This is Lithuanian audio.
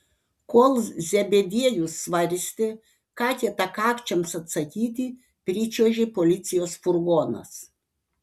kol zebediejus svarstė ką kietakakčiams atsakyti pričiuožė policijos furgonas